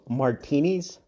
martinis